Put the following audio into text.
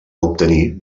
obtenir